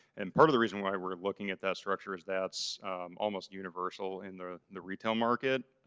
and part of the reason why we're looking at that structure is that's almost universal in the the retail market.